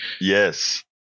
Yes